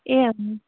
ए हजुर